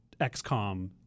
XCOM